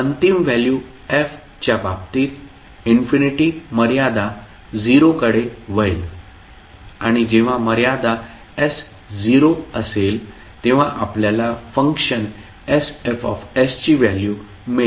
अंतिम value f च्या बाबतीत इन्फिनिटी मर्यादा 0 कडे वळेल आणि जेव्हा मर्यादा s 0 असेल तेव्हा आपल्याला फंक्शन sFs ची व्हॅल्यू मिळेल